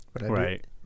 Right